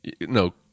No